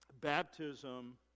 baptism